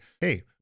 hey